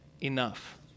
enough